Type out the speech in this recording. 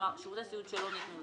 כלומר שירותי סיעוד שלא ניתנו לו.